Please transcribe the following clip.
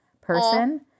person